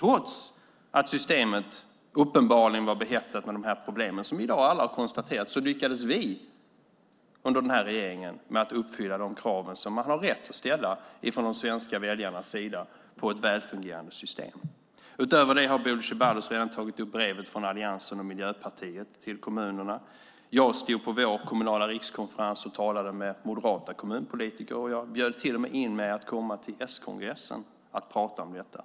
Trots att systemet uppenbarligen var behäftat med de problem som alla nu har konstaterat lyckades den här regeringen uppfylla de krav som de svenska väljarna har rätt att ställa på ett välfungerande system. Utöver det har vi brevet från alliansen och Miljöpartiet till kommunerna som Bodil Ceballos redan har tagit upp. På vår kommunala rikskonferens talade jag med moderata kommunpolitiker. Jag erbjöd mig att komma till s-kongressen och prata om detta.